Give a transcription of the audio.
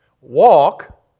walk